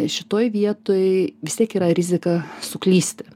šitoj vietoj vis tiek yra rizika suklysti